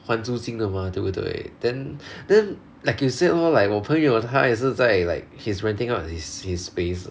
还租金的 mah 对不对 then then like you said lor like 我朋友他也是在 like he's renting out his his space